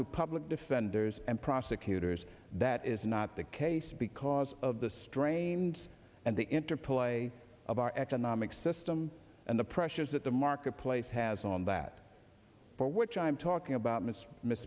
to public defenders and prosecutors that is not the case because of the strains and the interplay of our economic system and the pressures that the marketplace has on that for which i'm talking about mr miss